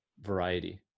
variety